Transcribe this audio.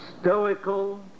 stoical